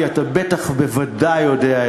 כי אתה בוודאי יודע,